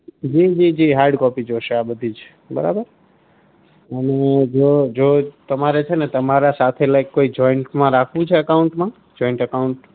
જી જી જી hard copy જોઇશે આ બધી જ બરાબર અને જો જો તમારે છે ને તમારા સાથે લાઇક કોઈ જોઇન્ટમાં રાખવું છે અકાઉન્ટમાં જોઇન્ટ અકાઉન્ટ